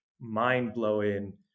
mind-blowing